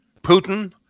Putin